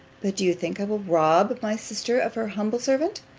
but do you think i will rob my sister of her humble servant?